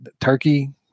turkey